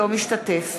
אינו משתתף